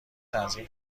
تنظیم